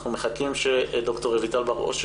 אנחנו מחכים שדוקטור רויטל בר-אושר,